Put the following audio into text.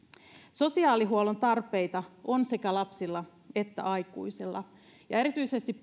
sosiaalihuollon tarpeita on sekä lapsilla että aikuisilla ja erityisesti